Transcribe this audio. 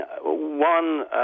one